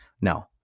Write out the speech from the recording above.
No